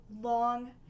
long